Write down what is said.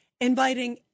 inviting